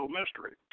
mystery